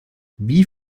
wie